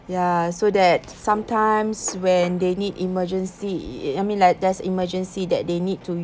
ya so that sometimes when they need emergency I mean like there's emergency that they need to